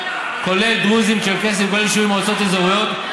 כולל דרוזיים וצ'רקסיים וכולל יישובים במועצות אזוריות,